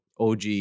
OG